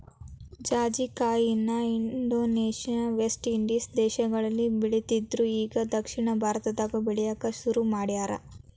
ಜಾಜಿಕಾಯಿನ Indonesia, West Indies ದೇಶಗಳಲ್ಲಿ ಬೆಳಿತ್ತಿದ್ರು ಇಗಾ ದಕ್ಷಿಣ ಭಾರತದಾಗು ಬೆಳ್ಯಾಕ ಸುರು ಮಾಡ್ಯಾರ